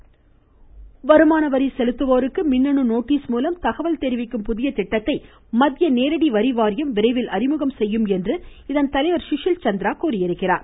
சுஷில் சந்திரா வருமான வரி செலுத்துவோருக்கு மின்னணு நோட்டீஸ் தெரிவிக்கும் புதிய திட்டத்தை மத்திய நேரடி வரி வாரியம் விரைவில் அறிமுகப்படுத்தும் என்று இதன் தலைவர் சுஷில் சந்திரா தெரிவித்துள்ளார்